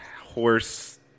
horse